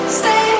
stay